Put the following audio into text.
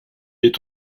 est